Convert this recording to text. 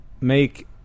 make